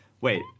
Wait